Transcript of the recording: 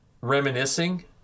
reminiscing